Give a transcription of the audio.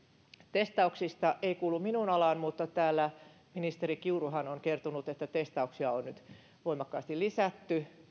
testauksista ei kuulu minun alaani mutta täällä ministeri kiuruhan on kertonut että testauksia on nyt voimakkaasti lisätty